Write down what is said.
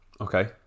Okay